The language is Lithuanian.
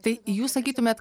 tai jūs sakytumėt